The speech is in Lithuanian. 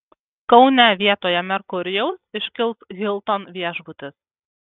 kaune vietoje merkurijaus iškils hilton viešbutis